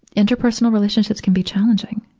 interpersonal relationship can be challenging.